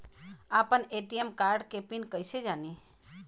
आपन ATM card के pin कईसे जानी?